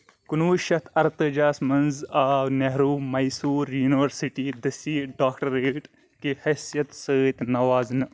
کُنوُہ شیٚتھ اَرتٲجِہہ ہس منٛز آو نہرو میسور یونیورسٹی دٔسی ڈاکٹریٹ کہِ حیثیت سۭتۍ نوازنہٕ